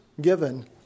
given